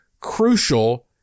crucial